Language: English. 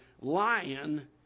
lion